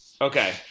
Okay